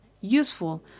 useful